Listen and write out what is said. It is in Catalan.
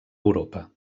europa